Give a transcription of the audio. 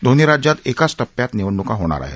दोन्ही राज्यात एकाच टप्प्यात निवडणुका होणार आहेत